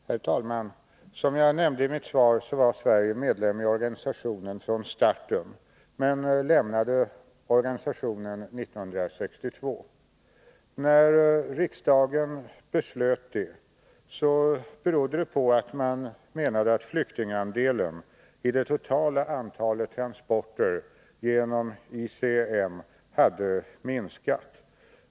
Herr talman! Som jag nämnde i mitt svar var Sverige medlem i ICEM från starten, men lämnade organisationen 1962. Riksdagens beslut berodde på att flyktingandelen i det totala antalet transporter genom ICEM:s försorg hade minskat.